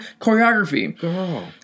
choreography